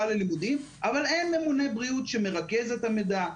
ללימודים אבל אין ממונה בריאות שמרכז את המידע,